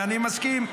אני מסכים,